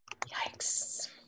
Yikes